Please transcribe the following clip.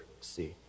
see